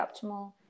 optimal